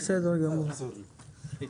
הבהרה קצרה, כן רציתי